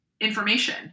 information